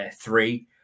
three